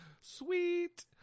Sweet